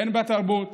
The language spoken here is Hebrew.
הן בתרבות